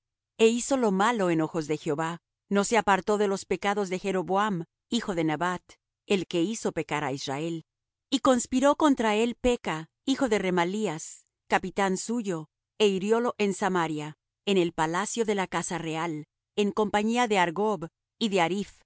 e hizo lo malo en ojos de jehová no se apartó de los pecados de jeroboam hijo de nabat el que hizo pecar á israel y conspiró contra él peka hijo de remalías capitán suyo é hiriólo en samaria en el palacio de la casa real en compañía de argob y de ariph